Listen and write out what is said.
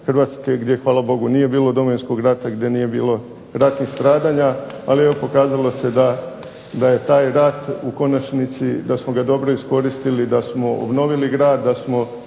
Hrvatske gdje Hvala Bogu nije bilo Domovinskog rata gdje nije bilo ratnih stradanja, ali evo pokazalo se da je taj rad u konačnici da smo ga dobro iskoristili da smo obnovili grad, da samo